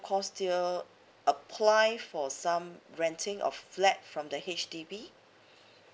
call still apply for some renting of flat from the H_D_B